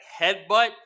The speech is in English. headbutt